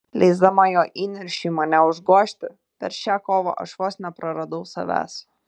leisdama jo įniršiui mane užgožti per šią kovą aš vos nepraradau savęs